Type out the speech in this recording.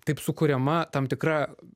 taip sukuriama tam tikra